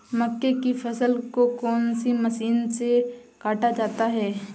मक्के की फसल को कौन सी मशीन से काटा जाता है?